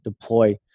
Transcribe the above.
deploy